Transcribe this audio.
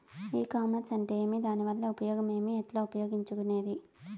ఈ కామర్స్ అంటే ఏమి దానివల్ల ఉపయోగం ఏమి, ఎట్లా ఉపయోగించుకునేది?